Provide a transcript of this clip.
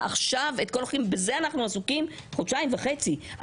כאשר בזה אנחנו עסוקים חודשיים וחצי.